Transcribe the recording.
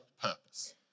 purpose